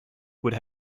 would